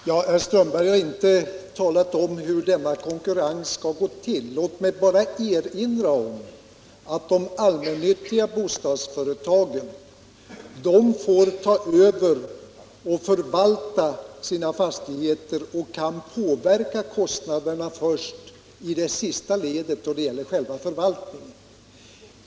Herr talman! Herr Strömberg i Botkyrka har inte talat om hur denna konkurrens skall gå till. Låt mig bara erinra om att de allmännyttiga bostadsföretagen får ta över och förvalta sina fastigheter och kan påverka kostnaderna först i det sista ledet, då det gäller själva förvaltningen.